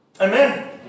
Amen